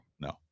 no